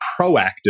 proactive